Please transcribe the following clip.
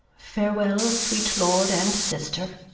farewell, sweet lord, and sister.